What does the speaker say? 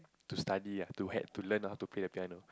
to study ah to had to learn how to play the piano